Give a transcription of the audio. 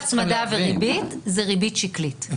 הפרשי הצמדה וריבית זאת ריבית שקלית,